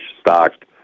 stocked